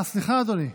סליחה, אדוני.